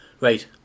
Right